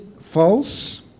false